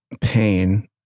pain